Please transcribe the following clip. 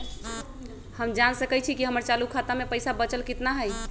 हम जान सकई छी कि हमर चालू खाता में पइसा बचल कितना हई